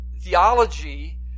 theology